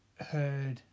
heard